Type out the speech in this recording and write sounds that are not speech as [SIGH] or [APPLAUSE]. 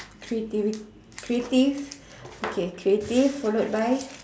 creativity creative [BREATH] okay creative followed by